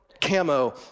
camo